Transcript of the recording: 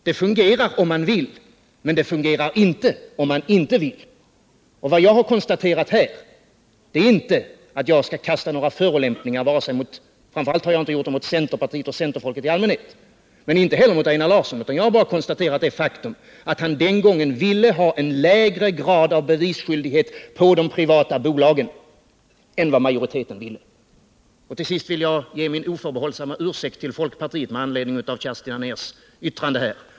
Det fungerar om man vill, men det fungerar inte om man inte vill. Jag har inte velat kasta några förolämpningar vare sig mot centerpartiet och centerfolket i allmänhet eller mot Einar Larsson. Jag har bara konstaterat det faktum att han den gången ville ha en lägre grad av bevisskyldighet beträffande de privata bolagen än vad majoriteten ville ha. Till sist vill jag efter Kerstin Anérs anförande framföra min oförbehållsamma ursäkt till folkpartiet.